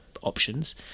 options